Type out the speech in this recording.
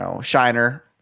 shiner